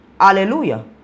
Hallelujah